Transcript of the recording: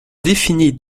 définit